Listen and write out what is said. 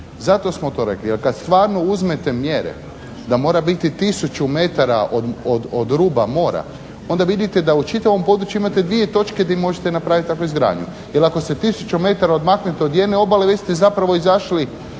Zato smo to rekli jer kad stvarno uzmete mjere da mora biti tisuću metara od ruba mora onda vidite da u čitavom području imate, imate dvije točke gdje možete napraviti takvu zgradu, jer ako se tisuću metara odmaknete od jedne obale vi ste zapravo izašli